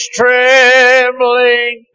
trembling